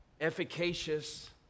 efficacious